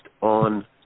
on